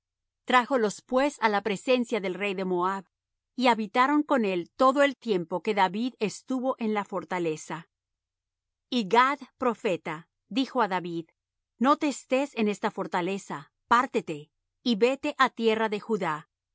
mí trájolos pues á la presencia del rey de moab y habitaron con él todo el tiempo que david estuvo en la fortaleza y gad profeta dijo á david no te estés en esta fortaleza pártete y vete á tierra de judá